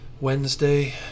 Wednesday